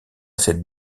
cette